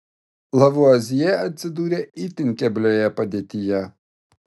lavuazjė atsidūrė itin keblioje padėtyje